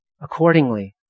accordingly